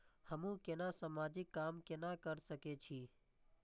हमू केना समाजिक काम केना कर सके छी?